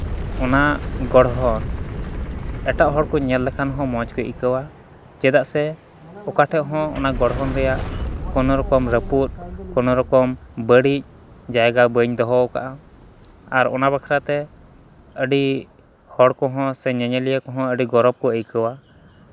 ᱚᱱᱟ ᱜᱚᱲᱦᱚᱱ ᱮᱴᱟᱜ ᱦᱚᱲ ᱠᱚ ᱧᱮᱞ ᱞᱮᱠᱷᱟᱱ ᱦᱚᱸ ᱢᱚᱡᱽ ᱠᱚ ᱟᱹᱭᱠᱟᱹᱣᱟ ᱪᱮᱫᱟᱜ ᱥᱮ ᱚᱠᱟᱴᱷᱮᱡ ᱦᱚᱸ ᱚᱱᱟ ᱜᱚᱲᱦᱚᱱ ᱨᱮᱭᱟᱜ ᱠᱚᱱᱚ ᱨᱚᱠᱚᱢ ᱨᱟᱹᱯᱩᱫ ᱠᱳᱱᱳ ᱨᱚᱠᱚᱢ ᱵᱟᱹᱲᱤᱡ ᱡᱟᱭᱜᱟ ᱵᱟᱹᱧ ᱫᱚᱦᱚ ᱠᱟᱜᱼᱟ ᱟᱨ ᱚᱱᱟ ᱵᱟᱠᱷᱨᱟ ᱛᱮ ᱟᱹᱰᱤ ᱦᱚᱲ ᱠᱚᱦᱚᱸ ᱥᱮ ᱧᱮᱧᱮᱞᱤᱭᱟᱹ ᱠᱚᱦᱚᱸ ᱟᱹᱰᱤ ᱜᱚᱨᱚᱵᱽ ᱠᱚ ᱟᱹᱭᱠᱟᱹᱣᱟ